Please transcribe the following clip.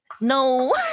no